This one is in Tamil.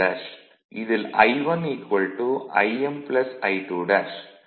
இதில் I1 Im I2'